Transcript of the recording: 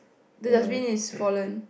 the dustbin is fallen